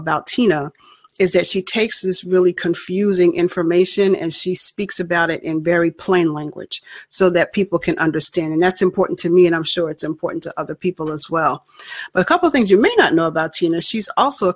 about tina is that she takes this really confusing information and she speaks about it in very plain language so that people can understand and that's important to me and i'm sure it's important to other people as well a couple things you may not know about tina she's also